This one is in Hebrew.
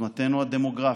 עוצמתנו הדמוגרפית,